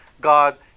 God